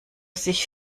sich